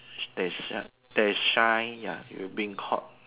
there's sh~ there is shy ya you being caught